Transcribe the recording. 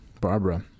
Barbara